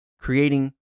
creating